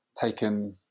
taken